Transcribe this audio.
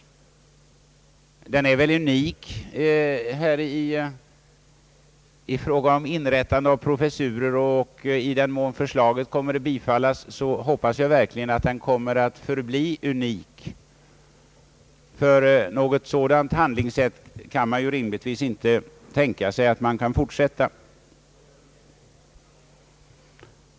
Den är väl unik i fråga om inrättande av professurer, och i den mån förslaget bifalles hoppas jag verkligen att den kommer att förbli unik. Ett sådant handlingssätt kan man ju rimligtvis inte tänka sig att fortsätta med.